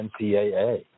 NCAA